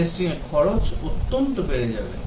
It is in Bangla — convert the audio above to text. টেস্টিং এর খরচ অত্যন্ত বেড়ে যাবে